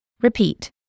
repeat